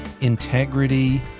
integrity